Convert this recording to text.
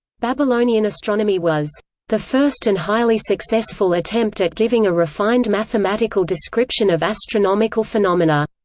babylonian astronomy was the first and highly successful attempt at giving a refined mathematical description of astronomical phenomena.